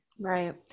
Right